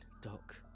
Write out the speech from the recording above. Doc